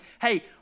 hey